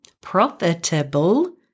profitable